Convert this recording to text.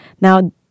Now